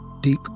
Deep